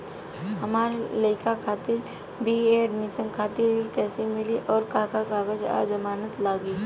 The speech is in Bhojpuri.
हमार लइका खातिर बी.ए एडमिशन खातिर ऋण कइसे मिली और का का कागज आ जमानत लागी?